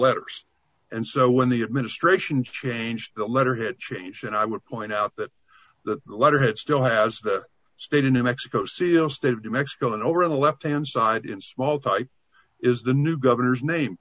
letters and so when the administration changed the letter had changed and i would point out that that letter had still has the state in new mexico seal state of new mexico and over on the left hand side in small thought is the new governor's name